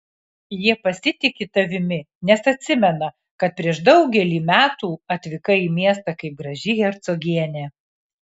jie pasitiki tavimi nes atsimena kad prieš daugelį metų atvykai į miestą kaip graži hercogienė